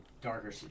darker